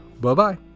Bye-bye